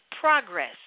progress